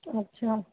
अच्छा